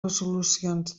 resolucions